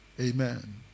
Amen